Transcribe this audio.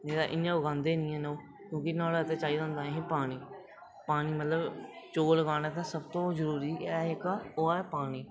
नेईं ते इ'यां उगांदे निं हैन ओह् क्योंकि नुआढ़े ते चाहिदा होंदा पानी पानी मतलब चौल लगाने आस्तै सबतूं जरूरी ऐ जेहका ओह् ऐ पानी